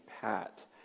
Pat